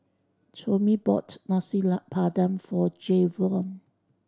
Tomie bought Nasi Padang for Jayvion